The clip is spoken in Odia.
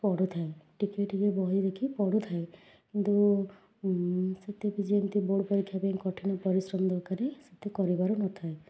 ସେଠି ପଢ଼ୁଥାଏ ଟିକେ ଟିକେ ବହି ଦେଖି ପଢ଼ୁଥାଏ କିନ୍ତୁ ସେତେ ବି ଯେମିତି ବୋର୍ଡ଼ ପରୀକ୍ଷା ପାଇଁ କଠିନ ପରିଶ୍ରମ ଦରକାର ସେତେ କରିପାରୁ ନଥାଏ